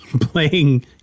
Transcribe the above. playing